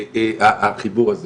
החיבור הזה